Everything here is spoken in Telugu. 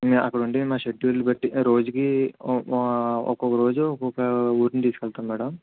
అక్కడ ఉండే షెడ్యూల్ బట్టి రోజుకీ ఒక్కొక్క రోజు ఒక్కొక్క ఊరికి తీసుకెళతం మేడం